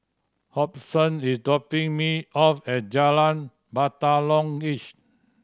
Hobson is dropping me off at Jalan Batalong East